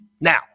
Now